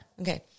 Okay